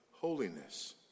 holiness